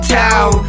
town